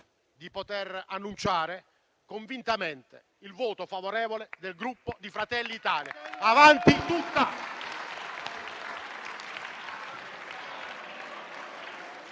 di poter annunciare convintamente il voto favorevole del Gruppo Fratelli d'Italia. Avanti tutta!